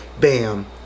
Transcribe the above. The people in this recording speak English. Bam